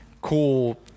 cool